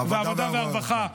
העבודה והרווחה.